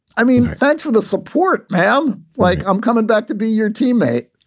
i mean, thanks for the support, man. um like, i'm coming back to be your teammate.